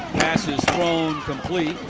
pass is thrown complete.